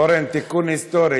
אורן, תיקון היסטורי.